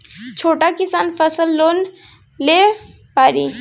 छोटा किसान फसल लोन ले पारी?